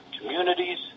communities